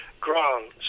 grants